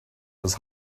was